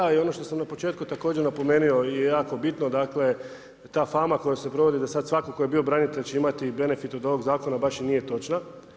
Dakle, da ono što sam na početku također napomenuo, je jako bitno, dakle, ta fama koja se provodi, da sad svatko tko je bio branitelj će imati benefit od ovog zakona, baš i nije točna.